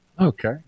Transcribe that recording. Okay